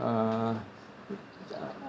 uh ya